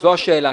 זו השאלה,